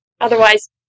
Otherwise